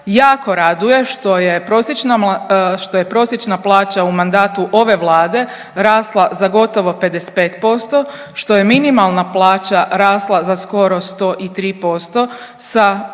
jako raduje što je prosječna plaća u mandatu ove Vlade rasla za gotovo 55% što je minimalna plaća rasla za skoro sto